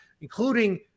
including